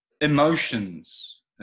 emotions